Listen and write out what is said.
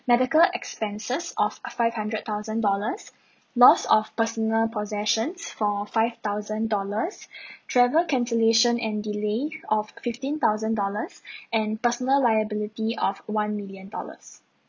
medical expenses of five hundred thousand dollars loss of personal possessions for five thousand dollars travel cancellation and delay of fifteen thousand dollars and personal liability of one million dollars